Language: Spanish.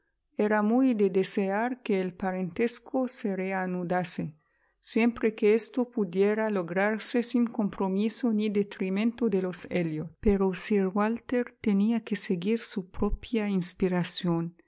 era muy de desear que el parentesco se reanudase siempre quo esto pudiera lograrse sin compromiso ni detrimento de los elliot pero sir walter tenía que seguir su propia inspiración